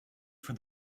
for